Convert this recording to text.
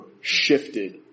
shifted